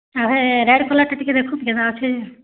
ହଁ ହେ ରେଡ୍ କଲର୍ଟା ଟିକେ ଦେଖତ କେନ୍ତା ଅଛେ